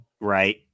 Right